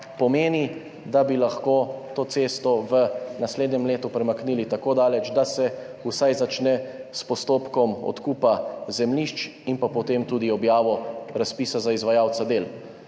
pomeni, da bi lahko to cesto v naslednjem letu premaknili tako daleč, da se vsaj začne s postopkom odkupa zemljišč in potem tudi objavo razpisa za izvajalca del.